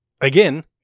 again